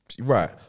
right